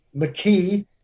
McKee